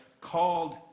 called